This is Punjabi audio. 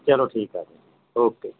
ਚੱਲੋ ਠੀਕ ਹੈ ਜੀ ਓਕੇ ਜੀ